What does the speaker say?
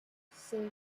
six